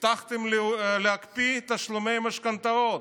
הבטחתם להקפיא תשלומי משכנתאות.